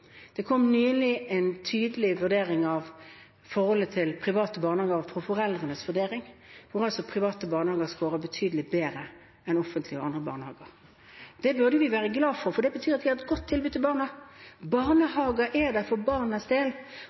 kom en tydelig vurdering av forholdet til private barnehager, foreldrenes vurdering, der private barnehager skåret betydelig bedre enn offentlige og andre barnehager. Det burde vi være glad for, for det betyr at vi har et godt tilbud til barna. Barnehager er der for barnas del,